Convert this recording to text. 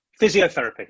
physiotherapy